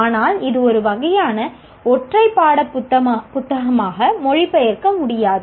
ஆனால் இது ஒரு வகையான ஒற்றை பாடப்புத்தகமாக மொழிபெயர்க்க முடியாது